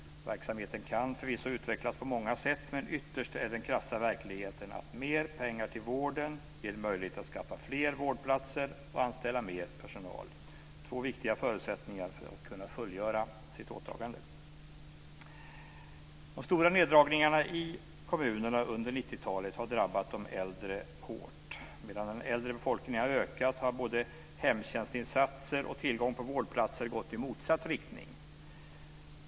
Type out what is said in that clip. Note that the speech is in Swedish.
Verksamheten kan förvisso utvecklas på många sätt, men ytterst är den krassa verkligheten att mer pengar till vården ger möjlighet att skaffa fler vårdplatser och anställa mer personal - två viktiga förutsättningar för att kunna fullgöra sitt åtagande. 90-talet har drabbat de äldre hårt. Medan den äldre befolkningen har ökat har både hemtjänstinsatser och tillgång på vårdplatser gått i motsatt riktning.